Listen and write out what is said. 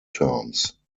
terms